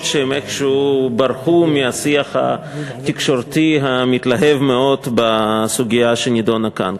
שהן איכשהו ברחו מהשיח התקשורתי המתלהב מאוד בסוגיה שנדונה כאן.